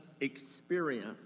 experience